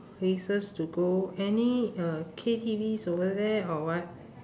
places to go any uh K_T_Vs over there or what